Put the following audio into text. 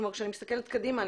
כשאני מסתכלת קדימה,